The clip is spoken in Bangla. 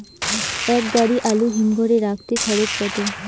এক গাড়ি আলু হিমঘরে রাখতে খরচ কত?